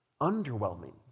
underwhelming